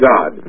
God